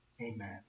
Amen